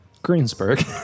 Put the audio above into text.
Greensburg